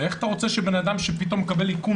איך אתה רוצה שאדם שפתאום מקבל איכון